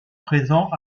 présent